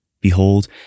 Behold